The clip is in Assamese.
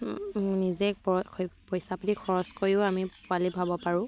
নিজে পইচা পাতি খৰচ কৰিও আমি পোৱালি ভৰাব পাৰোঁ